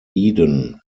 eden